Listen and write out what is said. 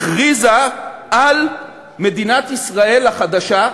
הכריזו על מדינת ישראל החדשה,